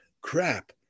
Crap